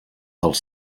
pels